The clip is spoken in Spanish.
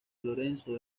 lorenzo